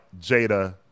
Jada